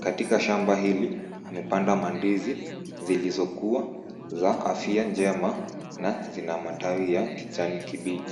Katika shamba hili wamepanda mandizi zilizokuwa za afya njema na zina matawi ya kijani kibichi.